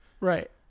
Right